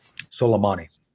Soleimani